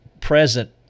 present